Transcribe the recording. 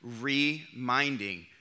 reminding